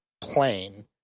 plain